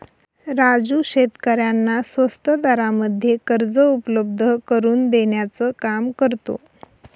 राजू शेतकऱ्यांना स्वस्त दरामध्ये कर्ज उपलब्ध करून देण्याचं काम करतो